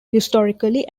historically